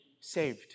saved